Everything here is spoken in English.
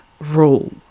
rule